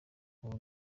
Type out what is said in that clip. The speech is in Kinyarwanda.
ubu